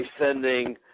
sending